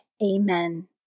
Amen